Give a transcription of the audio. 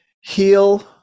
heal